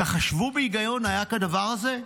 תחשבו בהיגיון, ההיה כדבר הזה?